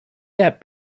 that